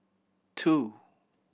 two